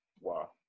Wow